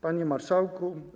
Panie Marszałku!